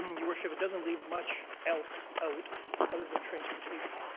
your worship, it doesn't leave much else out other than transportation.